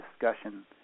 discussion